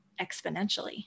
exponentially